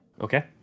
Okay